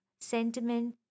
sentiment